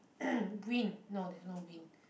wind no there's no wind